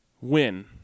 Win